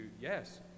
yes